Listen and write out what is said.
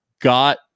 Got